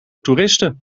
toeristen